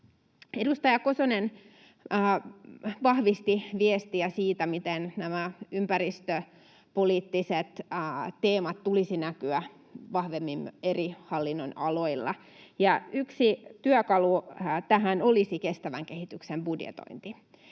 Edustaja Kosonen vahvisti viestiä siitä, miten ympäristöpoliittisten teemojen tulisi näkyä vahvemmin eri hallinnonaloilla. Yksi työkalu tähän olisi kestävän kehityksen budjetointi.